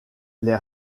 les